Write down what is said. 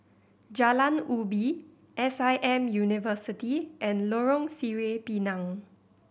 Jalan Ubi S I M University and Lorong Sireh Pinang